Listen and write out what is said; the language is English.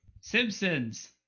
Simpsons